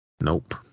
Nope